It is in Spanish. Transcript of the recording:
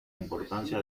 importancia